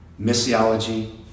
missiology